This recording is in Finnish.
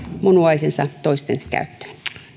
munuaisensa toisten käyttöön